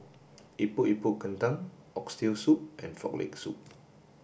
Epok Epok Kentang Oxtail Soup and Frog Leg Soup